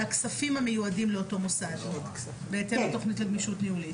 אלא "כספים המיועדים לאותו מוסד בהתאם לתכנית לגמישות ניהולית".